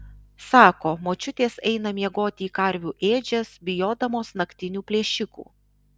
sako močiutės eina miegoti į karvių ėdžias bijodamos naktinių plėšikų